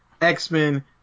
x-men